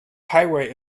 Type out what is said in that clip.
highway